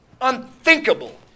unthinkable